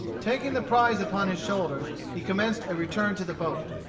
taking the prize upon his shoulders, he commenced a return to the boat.